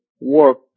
work